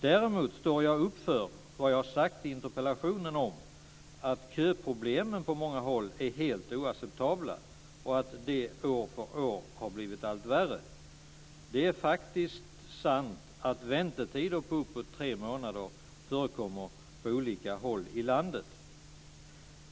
Däremot står jag upp för vad jag har sagt i interpellationen om att köproblemen på många håll är helt oacceptabla och att det år för år har blivit allt värre. Det är faktiskt sant att väntetider på uppåt tre månader förekommer på olika håll i landet.